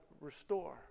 restore